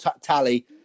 tally